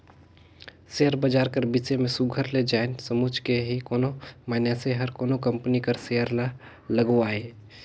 share बजार कर बिसे में सुग्घर ले जाएन समुझ के ही कोनो मइनसे हर कोनो कंपनी कर सेयर ल लगवाए